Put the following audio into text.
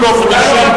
אני באופן אישי,